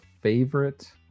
favorite